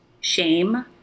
shame